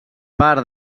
part